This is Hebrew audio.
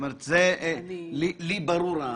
לי ברור.